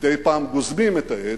מדי פעם גוזמים את העץ,